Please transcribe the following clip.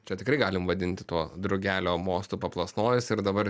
čia tikrai galim vadinti tuo drugelio mostu paplasnojus ir dabar